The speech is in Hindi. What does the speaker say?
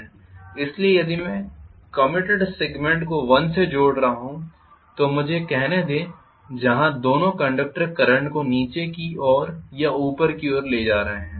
इसलिए यदि मैं कम्यूटेटर सेगमेंट को 1 से जोड़ रहा हूं तो मुझे यह देखने दें कि जहाँ दोनों कंडक्टर करंट को नीचे की ओर या ऊपर की दिशा में ले जा रहे हैं